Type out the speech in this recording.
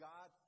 God